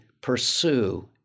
pursue